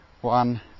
one